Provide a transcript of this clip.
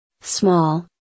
small